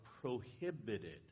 prohibited